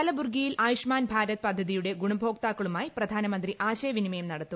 കലബുർഗിയിൽ ആയുഷ്മാൻ ഭാരത് പദ്ധതിയുടെ ഗുണഭോക്താക്കളുമായി പ്രധാനമന്ത്രി ആശയ വിനിമയം നടത്തും